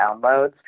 downloads